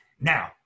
Now